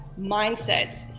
mindsets